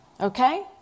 Okay